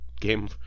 game